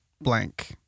blank